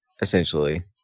essentially